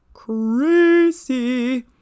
crazy